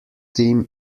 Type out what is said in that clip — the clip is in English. team